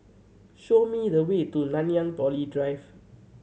show me the way to Nanyang Poly Drive